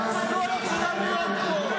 מי שבזה לטייסים, לא ראויה להיות פה.